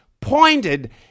pointed